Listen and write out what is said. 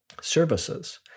services